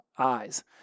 Eyes